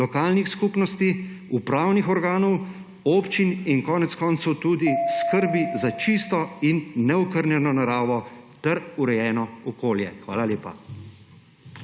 lokalnih skupnosti, upravnih organov, občin in konec koncev tudi skrbi za čisto in neokrnjeno naravo ter urejeno okolje. Hvala lepa.